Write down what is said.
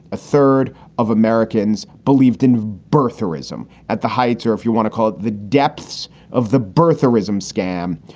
a third of americans believed in birth tourism at the height, or if you want to call it the depths of the birth tourism scam.